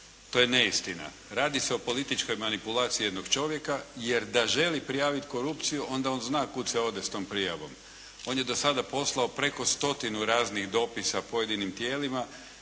To je neistina. Radi se o političkoj manipulaciji jednog čovjeka jer da želi prijaviti korupciju, onda on zna kuda se ode s tom prijavom. On je do sada poslao preko stotinu raznih dopisa pojedinim tijelima,